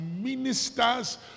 ministers